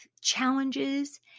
challenges